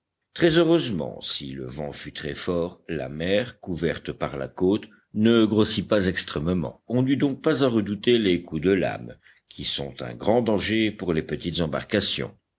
très heureusement si le vent fut très fort la mer couverte par la côte ne grossit pas extrêmement on n'eut donc pas à redouter les coups de lame qui sont un grand danger pour les petites embarcations